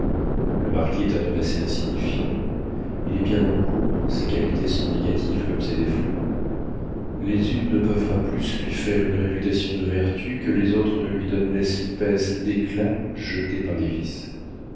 le marquis est un homme assez insignifiant il est bien en cour ses qualités sont négatives comme ses défauts les unes ne peuvent pas plus lui faire une réputation de vertu que les autres ne lui donnent l'espèce d'éclat jeté par les vices